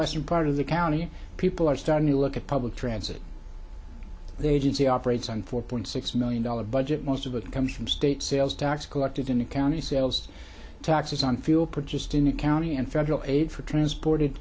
western part of the county people are starting to look at public transit their agency operates on four point six million dollars budget most of it comes from state sales tax collected in the county sales taxes on fuel purchased in a county and federal aid for transported